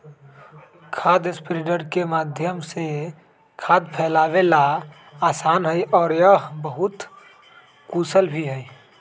खाद स्प्रेडर के माध्यम से खाद फैलावे ला आसान हई और यह बहुत कुशल भी हई